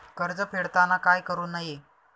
कर्ज फेडताना काय करु नये?